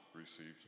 received